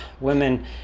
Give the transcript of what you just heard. women